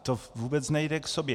To vůbec nejde k sobě.